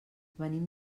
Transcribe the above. venim